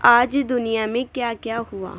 آج دنیا میں کیا کیا ہوا